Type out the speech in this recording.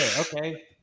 Okay